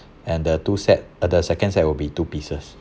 and the two set uh the second set will be two pieces